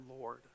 Lord